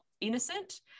innocent